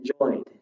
enjoyed